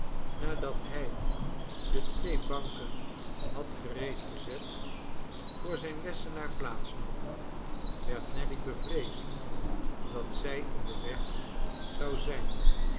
nadat hij de twee banken had gereed gezet voor zijn lessenaar plaats nam werd nelly bevreesd dat zij in den weg zou zijn